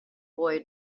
boy